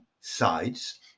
sides